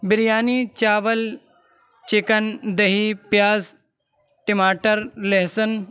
بریانی چاول چکن دہی پیاز ٹماٹر لہسن